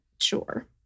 Sure